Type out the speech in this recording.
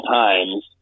times